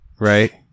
Right